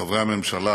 חברי הממשלה